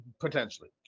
Potentially